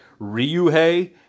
Ryuhei